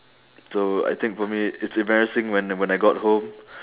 so I think for me it's embarrassing when when I got home